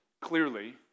clearly